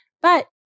But-